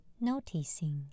noticing